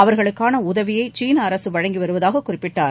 அவர்களுக்கான உதவியை சீன அரசு வழங்கி வருவதாக் குறிப்பிட்டார்